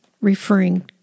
referring